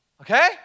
Okay